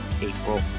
April